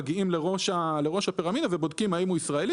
מגיעים לראש הפירמידה ובודקים האם הוא ישראלי